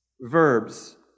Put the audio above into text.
verbs